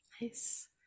Nice